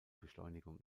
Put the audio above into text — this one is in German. beschleunigung